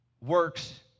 works